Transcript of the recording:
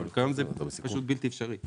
אבל היום זה פשוט בלתי אפשרי.